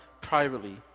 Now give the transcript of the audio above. privately